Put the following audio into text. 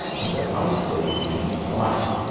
and that i'd saved jimmy's life,